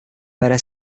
para